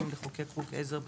לחוקק חוקי עזר בתחום.